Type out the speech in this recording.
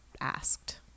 asked